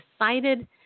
decided